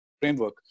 framework